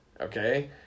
okay